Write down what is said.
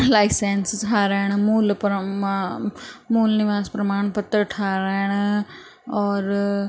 licence ठाहिराइण मूल प्रमा मूल निवास प्रमाण पत्र ठाहिराइण और